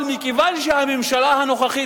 אבל מכיוון שהממשלה הנוכחית,